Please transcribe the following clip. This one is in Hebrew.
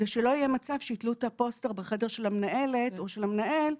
ושלא יהיה מצב שיתלו את הפוסטר בחדר של המנהלת או של המנהל,